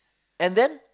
and then